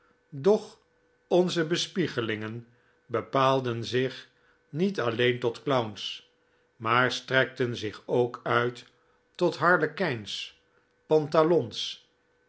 doch onze bespiegelingen bepaalden zich niet alleen tot clowns maar strekten zich ook uit tot harlekyns pantalons